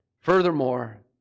Furthermore